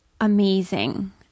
amazing